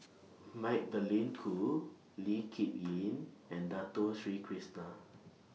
Magdalene Khoo Lee Kip Lin and Dato Sri Krishna